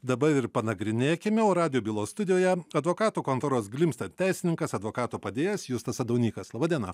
dabar ir panagrinėkime o radijo bylos studijoje advokatų kontoros glimstedt teisininkas advokato padėjėjas justas sadaunykas laba diena